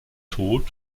tod